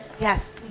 Yes